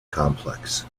complex